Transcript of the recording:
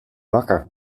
wakker